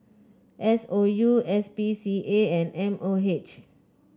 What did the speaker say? S O U S P C A and M O H